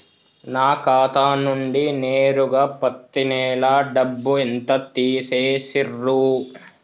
నా ఖాతా నుండి నేరుగా పత్తి నెల డబ్బు ఎంత తీసేశిర్రు?